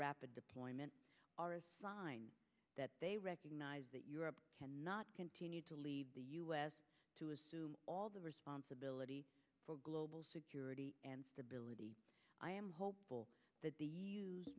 rapid deployment line that they recognize that europe cannot continue to leave the us to assume all the responsibility for global security and stability i am hopeful that the